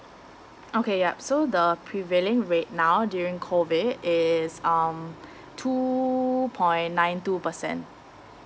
okay yup so the prevailing rate now during COVID is um two point nine two percent